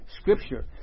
Scripture